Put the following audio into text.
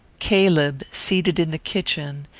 caleb, seated in the kitchen,